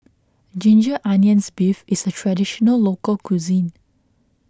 Ginger Onions Beef is a Traditional Local Cuisine